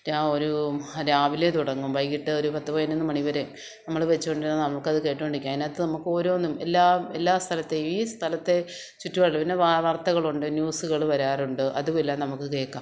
രാ ഒരൂ രാവിലെ തുടങ്ങും വൈകീട്ട് ഒരു പത്ത് പതിനൊന്ന് മണിവരെ നമ്മള് വെച്ചുകൊണ്ടിരുന്നാല് നമുക്കത് കേട്ടുകൊണ്ടിരിക്കാം അതിനകത്ത് നമുക്കോരോന്നും എല്ലാം എല്ലാ സ്ഥലത്തെയും ഈ സ്ഥലത്തെ ചുറ്റുപാടില് പിന്നെ വാ വാർത്തകളുണ്ട് ന്യൂസുകള് വരാറുണ്ട് അതുമെല്ലാം നമുക്ക് കേള്ക്കാം